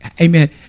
Amen